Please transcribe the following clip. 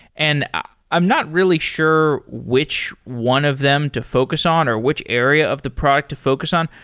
and i'm not really sure which one of them to focus on or which area of the product to focus on.